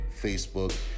Facebook